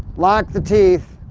lock the teeth.